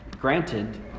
granted